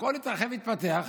הכול התרחב והתפתח,